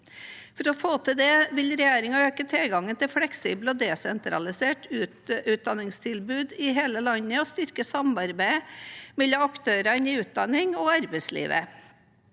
For å få til det vil regjeringen øke tilgangen til fleksible og desentraliserte utdanningstilbud i hele landet og styrke samarbeidet mellom aktørene innen utdanning og arbeidsliv.